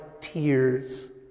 tears